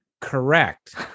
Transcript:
Correct